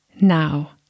now